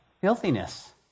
Filthiness